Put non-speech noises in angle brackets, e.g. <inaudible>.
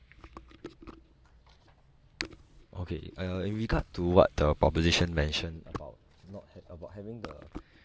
okay uh in regard to what the proposition mentioned about not ha~ about having the <breath>